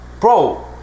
Bro